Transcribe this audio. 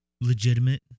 Legitimate